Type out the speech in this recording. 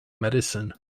medicine